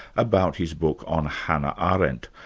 about his book on hannah arendt,